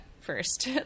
first